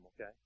okay